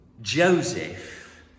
Joseph